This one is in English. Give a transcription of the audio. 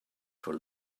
for